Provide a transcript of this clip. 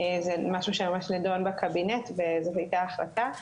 זה משהו שממש נדון בקבינט וזאת הייתה ההחלטה,